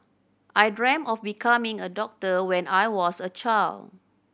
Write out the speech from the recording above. I dreamt of becoming a doctor when I was a child